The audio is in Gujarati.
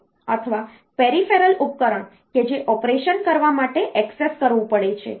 અથવા પેરિફેરલ ઉપકરણ કે જે ઓપરેશન કરવા માટે એક્સેસ કરવું પડે છે